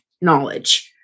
knowledge